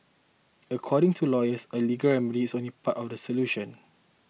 according to lawyers a legal remedy is only part of the solution